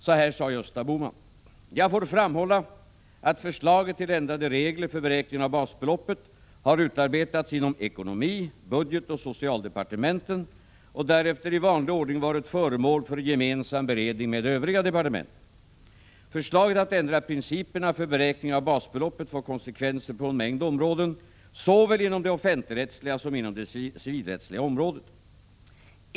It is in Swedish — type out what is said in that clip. Så här sade Gösta Bohman: ”Till svar på ——— fråga får jag framhålla att förslaget till ändrade regler för beräkning av basbeloppet har utarbetats inom ekonomi-, budgetoch socialdepartementen och därefter i vanlig ordning varit föremål för gemensam beredning med övriga departement. Förslaget att ändra principerna för beräkning av basbeloppet får konsekvenser på en mängd områden, såväl inom det offentligrättsliga som inom det civilrättsliga området.